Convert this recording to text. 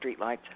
streetlights